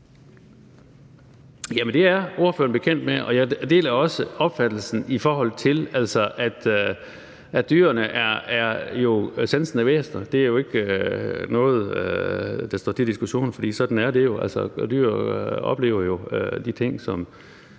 det er ordføreren bekendt med, og jeg deler også opfattelsen af, at dyrene jo er sansende væsener. Det er ikke noget, der står til diskussion, for sådan er det jo. Altså, dyr oplever jo de ting, som